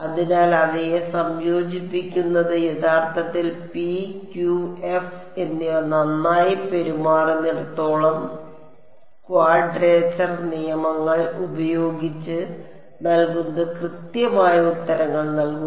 അതിനാൽ അവയെ സംയോജിപ്പിക്കുന്നത് യഥാർത്ഥത്തിൽ p q f എന്നിവ നന്നായി പെരുമാറുന്നിടത്തോളം ക്വാഡ്രേച്ചർ നിയമങ്ങൾ ഉപയോഗിച്ച് നൽകുന്നത് കൃത്യമായ ഉത്തരങ്ങൾ നൽകും